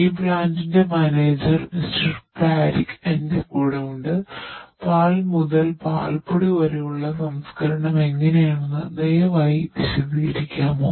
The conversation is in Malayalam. ഈ പ്ലാന്റിന്റെ മാനേജർ മിസ്റ്റർ പാരിക് എന്റെ കൂടെയുണ്ട് പാൽ മുതൽ പാൽപ്പൊടി വരെയുള്ള സംസ്കരണം എങ്ങനെയെന്ന് ദയവായി വിശദീകരിക്കാമോ